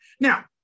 Now